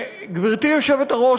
גברתי היושבת-ראש,